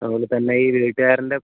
അതുപോലെത്തന്നെ ഈ വീട്ടുകാരിൻ്റെ